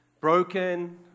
broken